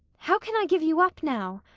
how can i give you up now?